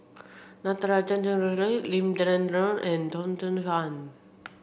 Natarajan Chandrasekaran Lim Denan Denon and Teo Soon Chuan